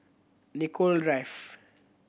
Nicoll Drive